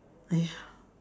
ya